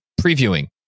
previewing